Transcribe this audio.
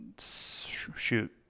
shoot